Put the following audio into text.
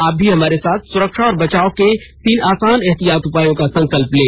आप भी हमारे साथ सुरक्षा और बचाव के तीन आसान एहतियाती उपायों का संकल्प लें